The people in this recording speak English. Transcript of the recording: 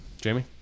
Jamie